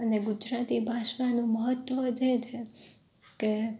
અને ગુજરાતી ભાષાનું મહત્ત્વ જ એ છે કે